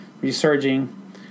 resurging